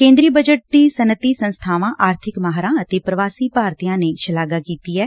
ਕੇਂਦਰੀ ਬਜਟ ਦੀ ਸੱਨਅਤੀ ਸੰਸਬਾਵਾਂ ਆਰਬਿਕ ਮਾਹਿਰਾਂ ਅਤੇ ਪੁਵਾਸੀ ਭਾਰਤੀਆਂ ਨੇ ਸ਼ਲਾਘਾ ਕੀਤੀ ਐ